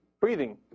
breathing